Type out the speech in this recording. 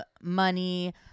money